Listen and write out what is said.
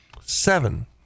Seven